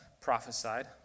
prophesied